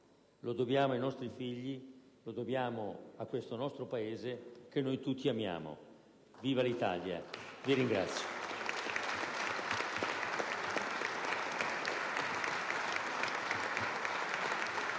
Lo dobbiamo ai nostri figli, lo dobbiamo a questo nostro Paese, che noi tutti amiamo. Viva l'Italia. *(Vivi,